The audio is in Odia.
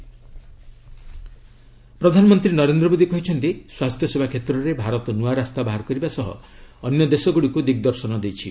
ପିଏମ୍ ହେଲ୍ଥ ସିଷ୍ଟମ ପ୍ରଧାନମନ୍ତ୍ରୀ ନରେନ୍ଦ୍ର ମୋଦି କହିଛନ୍ତି ସ୍ୱାସ୍ଥ୍ୟସେବା କ୍ଷେତ୍ରରେ ଭାରତ ନୂଆ ରାସ୍ତା ବାହାରକରିବା ସହ ଅନ୍ୟ ଦେଶଗୁଡ଼ିକୁ ଦିଗ୍ଦର୍ଶନ ଦେଇଛି